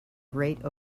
great